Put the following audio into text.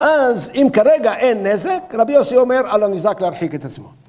אז אם כרגע אין נזק, רבי יוסי אומר, על הניזק להרחיק את עצמו.